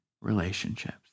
relationships